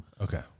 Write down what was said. Okay